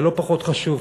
ולא פחות חשוב,